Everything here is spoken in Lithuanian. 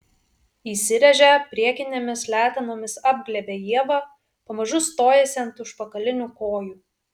įsiręžia priekinėmis letenomis apglėbia ievą pamažu stojasi ant užpakalinių kojų